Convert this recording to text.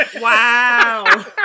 Wow